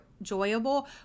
enjoyable